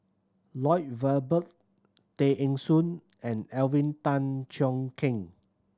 Lloyd Valberg Tay Eng Soon and Alvin Tan Cheong Kheng